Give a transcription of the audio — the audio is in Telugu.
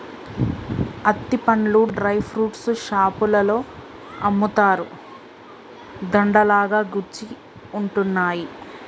అత్తి పండ్లు డ్రై ఫ్రూట్స్ షాపులో అమ్ముతారు, దండ లాగా కుచ్చి ఉంటున్నాయి